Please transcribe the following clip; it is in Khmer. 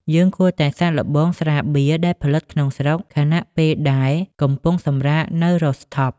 យើងគួរតែសាកល្បងស្រាបៀរដែលផលិតក្នុងស្រុក ខណៈពេលដែលកំពុងសម្រាកនៅ Rooftop។